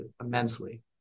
immensely